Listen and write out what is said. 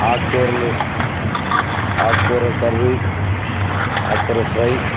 ఆకు కూరలు ఆకు కూరకర్రీ ఆకు కూర ఫ్రై